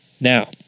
Now